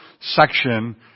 section